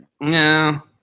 No